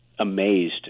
Amazed